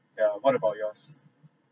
yup yeah what about yours